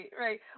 right